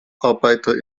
arbeiter